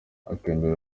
akemera